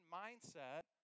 mindset